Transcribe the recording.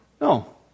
No